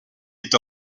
est